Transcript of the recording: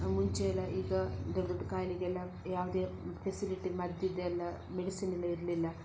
ಮುಂಚೆ ಎಲ್ಲ ಈಗ ದೊಡ್ಡ ದೊಡ್ಡ ಕಾಯಿಲೆಗೆಲ್ಲ ಯಾವುದೇ ಫೆಸಿಲಿಟಿ ಮದ್ದಿದ್ದೆಲ್ಲ ಮೆಡಿಸಿನ್ ಎಲ್ಲ ಇರಲಿಲ್ಲ